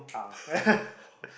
ah